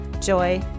joy